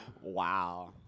Wow